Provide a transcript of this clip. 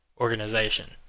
organization